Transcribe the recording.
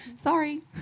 sorry